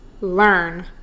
learn